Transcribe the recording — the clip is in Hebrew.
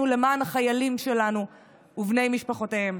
למען החיילים שלנו ובני משפחותיהם,